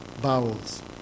bowels